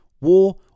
war